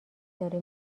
داره